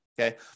okay